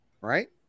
right